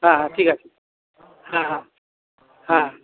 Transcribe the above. হ্যাঁ হ্যাঁ ঠিক আছে হ্যাঁ হ্যাঁ হ্যাঁ